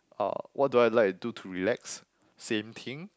uh what do I like to do to relax same thing